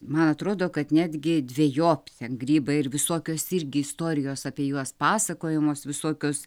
man atrodo kad netgi dvejopi ten grybai ir visokios irgi istorijos apie juos pasakojamos visokios